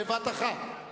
בבת-אחת.